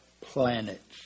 planets